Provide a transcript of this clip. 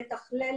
לתכלל,